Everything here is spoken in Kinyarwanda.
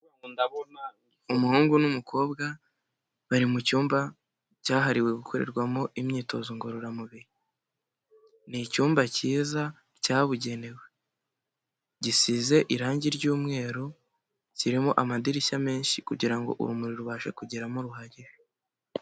Ndabona umuhungu n'umukobwa, bari mu cyumba cyahariwe gukorerwamo imyitozo ngororamubiri. Ni icyumba cyiza cyabugenewe, gisize irangi ry'umweru, kirimo amadirishya menshi kugira ngo urumuri rubashe kugeramo ruhagije.